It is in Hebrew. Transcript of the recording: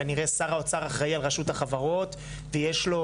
כנראה שר האוצר אחראי על רשות החברות ויש לו